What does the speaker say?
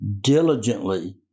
diligently